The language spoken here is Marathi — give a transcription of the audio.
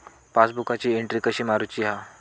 पासबुकाची एन्ट्री कशी मारुची हा?